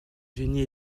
génie